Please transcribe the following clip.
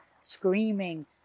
screaming